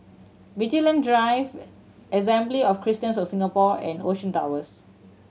Vigilante Drive Assembly of Christians of Singapore and Ocean Towers